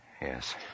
Yes